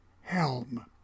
Helm